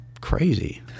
crazy